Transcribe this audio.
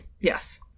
Yes